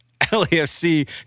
LAFC